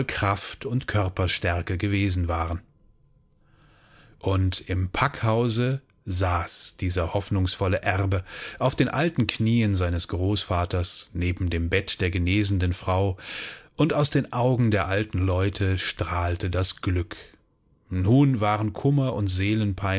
kraft und körperstärke gewesen waren und im packhause saß dieser hoffnungsvolle erbe auf den alten knieen seines großvaters neben dem bett der genesenden frau und aus den augen der alten leute strahlte das glück nun waren kummer und